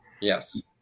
Yes